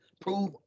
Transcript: prove